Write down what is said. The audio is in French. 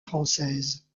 française